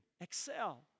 Excel